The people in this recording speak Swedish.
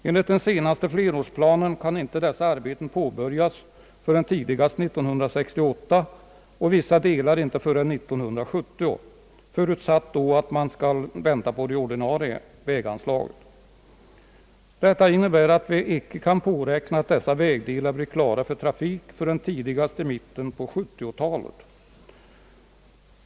Enligt den senaste flerårsplanen kan inte dessa arbeten påbörjas förrän tidigast 1968 och i vissa delar inte förrän 1970, förutsatt att man skall gå på det ordinarie anslaget. Detta innebär att vi inte kan påräkna att dessa vägdelar blir klara för trafik förrän tidigast i mitten på 70 talet.